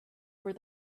where